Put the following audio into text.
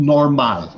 Normal